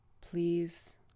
Please